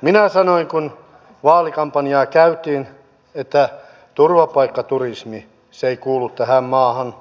minä sanoin kun vaalikampanjaa käytiin että turvapaikkaturismi ei kuulu tähän maahan